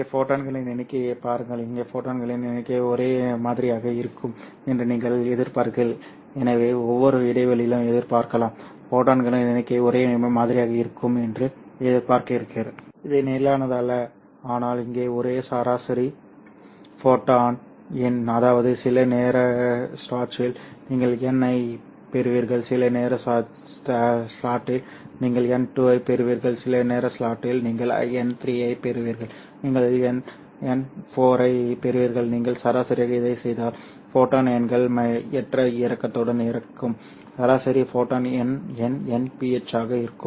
இங்கே ஃபோட்டான்களின் எண்ணிக்கையைப் பாருங்கள் இங்கே ஃபோட்டான்களின் எண்ணிக்கை ஒரே மாதிரியாக இருக்கும் என்று நீங்கள் எதிர்பார்க்கிறீர்கள் எனவே ஒவ்வொரு இடைவெளியிலும் எதிர்பார்க்கலாம் ஃபோட்டான்களின் எண்ணிக்கை ஒரே மாதிரியாக இருக்கும் என்று எதிர்பார்க்கிறீர்கள் இது நிலையானது அல்ல ஆனால் இங்கே ஒரு சராசரி ஃபோட்டான் எண் அதாவது சில நேர ஸ்லாட்டில் நீங்கள் n1 ஐப் பெறுவீர்கள் சில நேர ஸ்லாட்டில் நீங்கள் n2 ஐப் பெறுவீர்கள் சில நேர ஸ்லாட்டில் நீங்கள் n3 ஐப் பெறுவீர்கள் நீங்கள் n4 ஐப் பெறுவீர்கள் நீங்கள் சராசரியாக இதைச் செய்தால் ஃபோட்டான் எண்கள் ஏற்ற இறக்கத்துடன் இருக்கும் சராசரி ஃபோட்டான் எண் NPH ஆக இருக்கும்